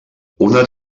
una